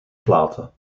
platen